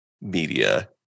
media –